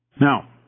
Now